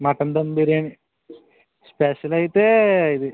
mutton dum biryani special అయితే